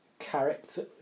character